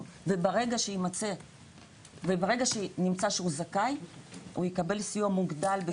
וברגע שיימצא שהוא זכאי הוא יקבל סיוע מוגדל בשכר דירה.